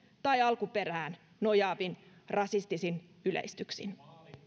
tai alkuperään nojaavin rasistisin yleistyksin